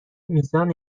میزان